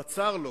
בצר לו,